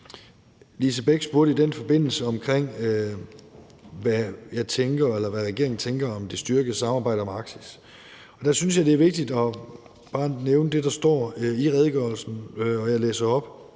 Lise Bech spurgte i den forbindelse til, hvad regeringen tænker om det styrkede samarbejde om Arktis, og der synes jeg, det er vigtigt at nævne det, der står i redegørelsen, og jeg læser op,